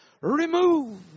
Remove